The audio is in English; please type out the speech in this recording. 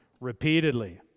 repeatedly